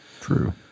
True